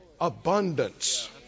abundance